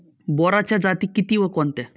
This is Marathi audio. बोराच्या जाती किती व कोणत्या?